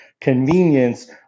convenience